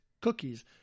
cookies